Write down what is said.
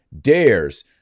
dares